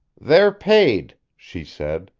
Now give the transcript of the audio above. they're paid, she said,